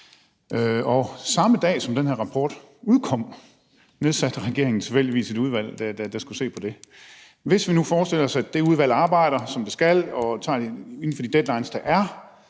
samme dag som den her rapport udkom, nedsatte regeringen tilfældigvis et udvalg, der skulle se på det. Hvis vi nu forestiller os, at det udvalg arbejder, som det skal, og inden for de deadlines, der er